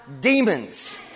demons